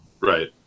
right